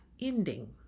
ending